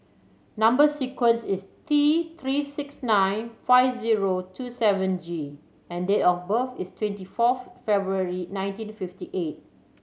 number sequence is T Three six nine five zero two seven G and date of birth is twenty fourth February nineteen fifty eight